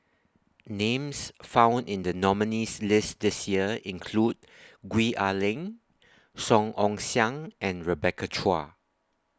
Names found in The nominees' list This Year include Gwee Ah Leng Song Ong Siang and Rebecca Chua